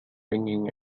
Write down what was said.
ringing